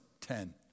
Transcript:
ten